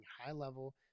high-level